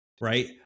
Right